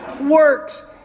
works